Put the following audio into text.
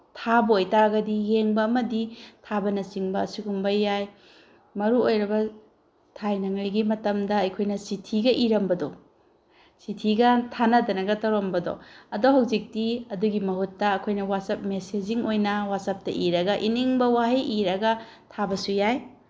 ꯊꯥꯕ ꯑꯣꯏ ꯇꯥꯔꯒꯗꯤ ꯌꯦꯡꯕ ꯑꯃꯗꯤ ꯊꯥꯕꯅꯆꯤꯡꯕ ꯑꯁꯤꯒꯨꯝꯕ ꯌꯥꯏ ꯃꯔꯨꯑꯣꯏꯔꯕ ꯊꯥꯏꯅꯉꯩꯒꯤ ꯃꯇꯝꯗ ꯑꯩꯈꯣꯏꯅ ꯆꯤꯊꯤꯒ ꯏꯔꯝꯕꯗꯣ ꯆꯤꯊꯤꯒ ꯊꯥꯅꯗꯅꯒ ꯇꯧꯔꯝꯕꯗꯣ ꯑꯗꯣ ꯍꯧꯖꯤꯛꯇꯤ ꯑꯗꯨꯒꯤ ꯃꯍꯨꯠꯇ ꯑꯩꯈꯣꯏꯅ ꯋꯥꯆꯞ ꯃꯦꯁꯦꯖꯤꯡ ꯑꯣꯏꯅ ꯋꯥꯆꯞꯇ ꯏꯔꯒ ꯏꯅꯤꯡꯕ ꯋꯥꯍꯩ ꯏꯔꯒ ꯊꯥꯕꯁꯨ ꯌꯥꯏ